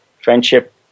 Friendship